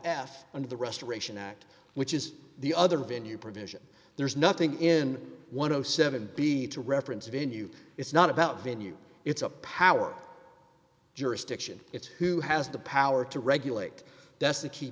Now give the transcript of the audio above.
f under the restoration act which is the other venue provision there is nothing in one of seven b to reference a venue it's not about venue it's a power jurisdiction it's who has the power to regulate desk the key